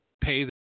pay